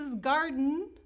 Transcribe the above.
garden